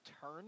turn